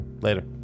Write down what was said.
Later